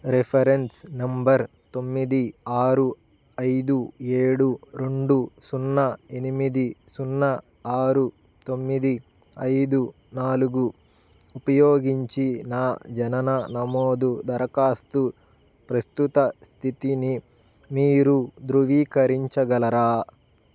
reference number తొమ్మిది ఆరు ఐదు ఏడు రెండు సున్నా ఎనిమిది సున్నా ఆరు తొమ్మిది ఐదు నాలుగు ఉపయోగించి నా జనన నమోదు దరఖాస్తు ప్రస్తుత స్థితిని మీరు ధృవీకరించగలరా